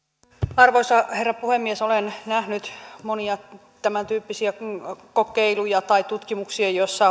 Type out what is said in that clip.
arvoisa herra puhemies olen nähnyt monia tämäntyyppisiäkin kokeiluja tai tutkimuksia joissa